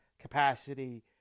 capacity